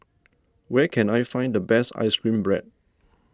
where can I find the best Ice Cream Bread